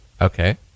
Okay